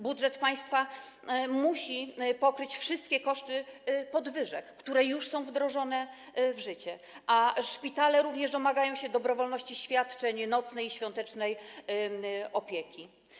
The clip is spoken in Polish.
Budżet państwa musi pokryć wszystkie koszty podwyżek, które już są wdrożone w życie, a szpitale również domagają się dobrowolności świadczeń nocnej i świątecznej opieki zdrowotnej.